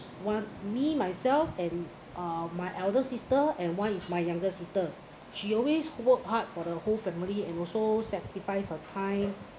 one me myself and uh my elder sister and one is my younger sister she always work hard for the whole family and also sacrifice her time